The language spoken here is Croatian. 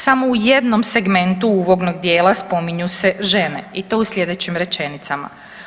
Samo u jednom segmentu uvodnog dijela spominju se žene i to u sljedećim rečenicama.